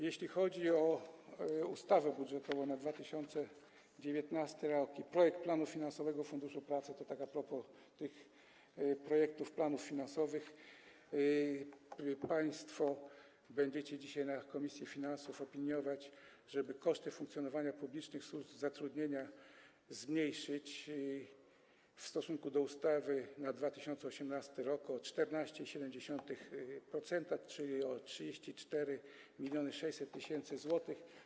Jeśli chodzi o ustawę budżetową na 2019 r. i projekt planu finansowego Funduszu Pracy, to a propos tych projektów planów finansowych państwo będziecie dzisiaj w komisji finansów opiniować, żeby koszty funkcjonowania publicznych służb zatrudnienia zmniejszyć w stosunku do ustawy na 2018 r. o 14,7%, czyli o 34 600 tys. zł.